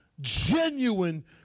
genuine